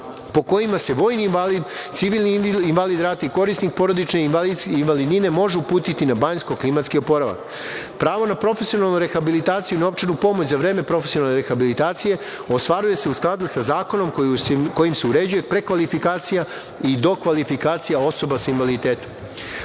po kojima se vojni invalid, civilni invalid rata i korisnik porodične invalidnine može uputiti na banjsko klimatski oporavak. Pravo na profesionalnu rehabilitaciju i novčanu pomoć za vreme profesionalne rehabilitacije ostvaruje se u skladu sa zakonom kojim se uređuje prekvalifikacija i dokvalifikacija osoba sa invaliditetom. Odredbama